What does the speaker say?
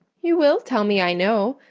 you will tell me, i know,